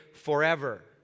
Forever